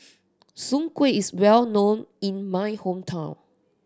soon kway is well known in my hometown